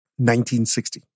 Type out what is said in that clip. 1960